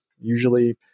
usually